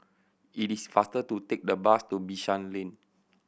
it is faster to take the bus to Bishan Lane